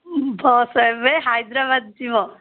bus ଏବେ ହାଇଦ୍ରାବାଦ ଯିବ